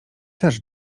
też